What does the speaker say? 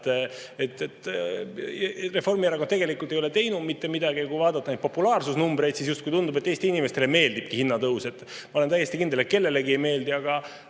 Reformierakond tegelikult ei ole teinud mitte midagi. Kui vaadata populaarsusnumbreid, siis justkui tundub, nagu Eesti inimestele meeldikski hinnatõus. Ma olen täiesti kindel, et kellelegi see ei meeldi, aga